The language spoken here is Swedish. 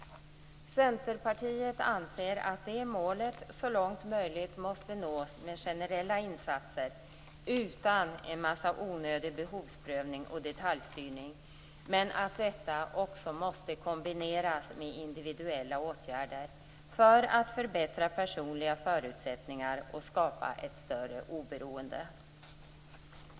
Centerpartiet anser att det målet så långt möjligt måste nås med generella insatser utan en massa onödig behovsprövning och detaljstyrning, men att dessa också måste kombineras med individuella åtgärder för att förbättra personliga förutsättningar och skapa ett större oberoende.